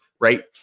right